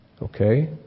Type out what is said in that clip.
Okay